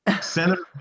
Senator